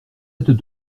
êtes